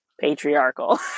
patriarchal